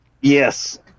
yes